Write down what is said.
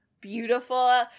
beautiful